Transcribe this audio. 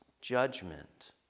judgment